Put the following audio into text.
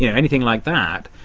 yeah anything like that,